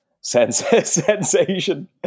sensation